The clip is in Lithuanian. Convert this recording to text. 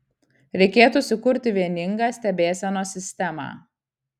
reikėtų sukurti vieningą stebėsenos sistemą